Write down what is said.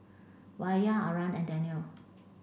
Wira Aryan and Daniel